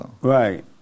Right